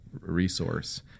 resource